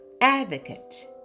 advocate